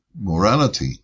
morality